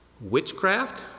witchcraft